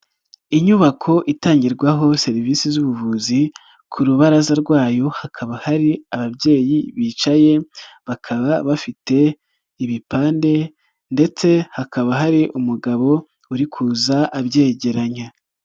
Inyubako itangirwaho serivisi z'ubuvuzi ku rubaraza rwayo hakaba hari ababyeyi bicaye, bakaba bafite ibipande ndetse hakaba hari umugabo uri kuza abyegeranya.